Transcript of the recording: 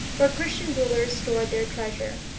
where christian rulers stored their treasure.